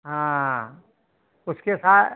हाँ उसके सा